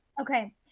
Okay